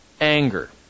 anger